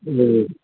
ए